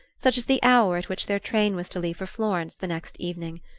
such as the hour at which their train was to leave for florence the next evening.